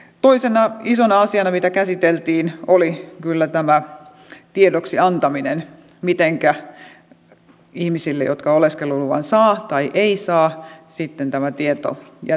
toisena isona asiana mitä käsiteltiin oli kyllä tämä tiedoksi antaminen mitenkä ihmisille jotka oleskeluluvan saavat tai eivät saa sitten tämä tieto jätetään